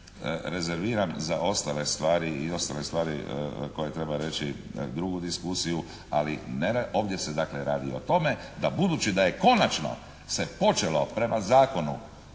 Rezerviram za ostale stvari i ostale stvari koje treba reći drugu diskusiju, ali ovdje se dakle radi o tome da budući da je konačno se počelo prema zakonu